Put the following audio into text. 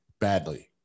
badly